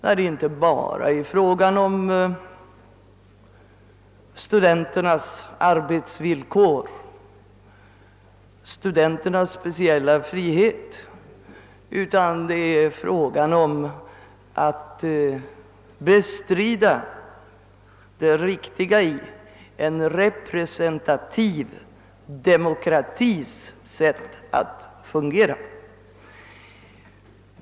Dessa demonstrationer gäller inte bara studenternas arbetsvillkor och studenternas speciella frihet, utan demonstranterna vill bestrida det riktiga i en representativ demokratis sätt att fungera.